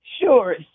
Sure